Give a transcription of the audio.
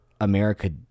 america